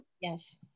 yes